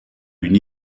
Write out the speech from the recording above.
une